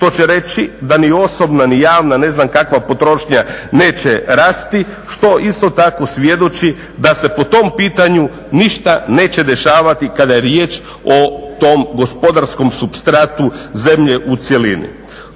što će reći da ni osobna ni javna, ne znam kakva potrošnja neće rasti, što isto tako svjedoči da se po tom pitanju ništa neće dešavati kada je riječ o tom gospodarskom supstratu zemlje u cjelini.